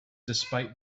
despite